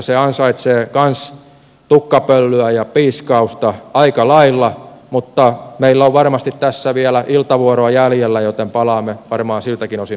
se ansaitsee myös tukkapöllyä ja piiskausta aika lailla mutta meillä on varmasti tässä vielä iltavuoroa jäljellä joten palaamme varmaan siltäkin osin asiaan